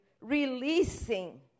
releasing